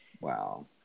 Wow